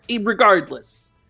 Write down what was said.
Regardless